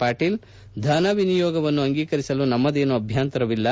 ಪಾಟೀಲ್ ಧನವಿನಿಯೋಗವನ್ನು ಅಂಗೀಕರಿಸಲು ನಮ್ಮದೇನೂ ಅಭ್ಯಂತರವಿಲ್ಲ